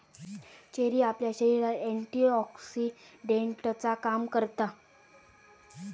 cherry आपल्या शरीरात एंटीऑक्सीडेंटचा काम करता